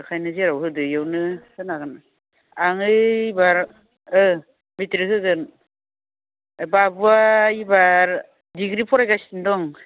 बेखायनो जेराव होदों इयावनो होनांगोन आं ओइबार मेट्रिक होगोन बाबुआ एबार डिग्रि फरायगासिनो दं